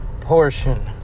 portion